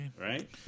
Right